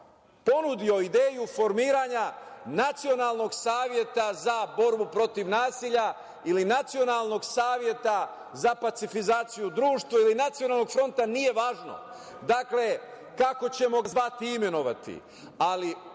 ponudio ideju formiranja nacionalnog saveta za borbu protiv nasilja ili nacionalnog saveta za pacifizaciju društva ili nacionalnog fronta, nije važno kako ćemo ga zvati i imenovati, ali